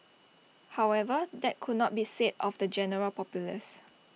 however that could not be said of the general populace